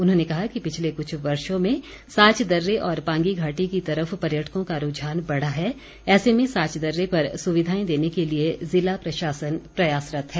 उन्होंने कहा कि पिछले कुछ वर्षों में साच दर्रे और पांगी घाटी की तरफ पर्यटकों का रूझान बढा है ऐसे में साच दर्रे पर सुविधाएं देने के लिए ज़िला प्रशासन प्रयासरत है